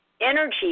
energy